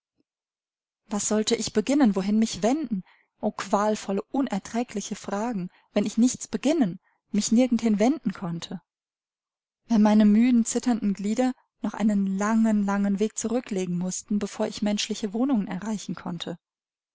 was sollte ich beginnen wohin mich wenden o qualvolle unerträgliche fragen wenn ich nichts beginnen mich nirgendhin wenden konnte wenn meine müden zitternden glieder noch einen langen langen weg zurücklegen mußten bevor ich menschliche wohnungen erreichen konnte